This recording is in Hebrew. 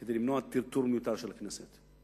כדי למנוע טרטור מיותר של הכנסת.